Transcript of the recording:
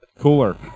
cooler